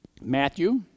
Matthew